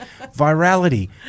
Virality